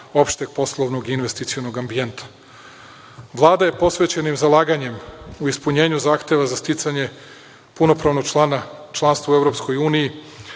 opšte poslovnog i investicionog ambijenta. Vlada je posvećenim zalaganjem u ispunjenju zahteva za sticanje punopravnog članstva u EU